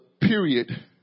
period